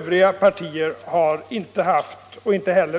Övriga partier och